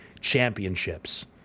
championships